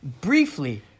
briefly